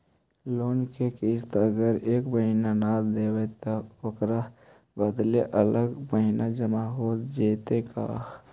Loan के किस्त अगर एका महिना न देबै त ओकर बदले अगला महिना जमा हो जितै का?